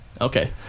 Okay